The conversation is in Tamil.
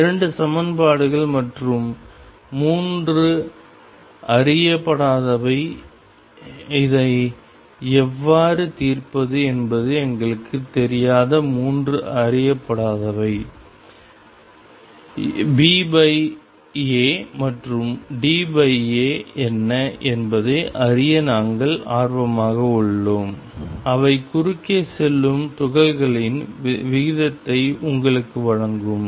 இரண்டு சமன்பாடுகள் மற்றும் மூன்று அறியப்படாதவை இதை எவ்வாறு தீர்ப்பது என்பது எங்களுக்கு தெரியாத மூன்று அறியப்படாதவை BA மற்றும் DA என்ன என்பதை அறிய நாங்கள் ஆர்வமாக உள்ளோம் அவை குறுக்கே செல்லும் துகள்களின் விகிதத்தை உங்களுக்கு வழங்கும்